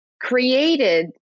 created